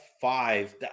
five